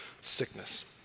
sickness